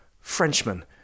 Frenchman